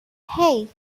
hey